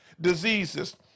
diseases